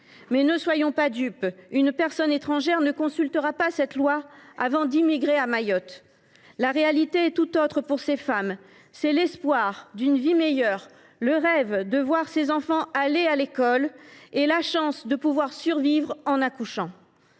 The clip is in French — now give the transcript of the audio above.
Mais ne soyons pas dupes, une personne étrangère ne consultera pas cette loi avant d’immigrer à Mayotte. La réalité de ces femmes est tout autre : c’est l’espoir d’une vie meilleure, le rêve de voir leurs enfants aller à l’école et la chance de pouvoir survivre en accouchant